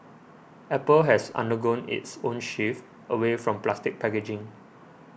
apple has undergone its own shift away from plastic packaging